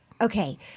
okay